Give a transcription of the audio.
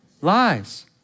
Lies